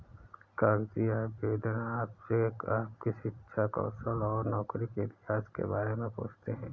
कागजी आवेदन आपसे आपकी शिक्षा, कौशल और नौकरी के इतिहास के बारे में पूछते है